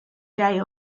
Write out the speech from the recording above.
gay